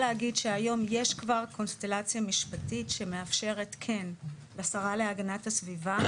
היום יש כבר קונסטלציה משפטית שמאפשרת לשרה להגנת הסביבה,